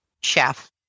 chef